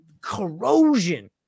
corrosion